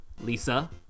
Lisa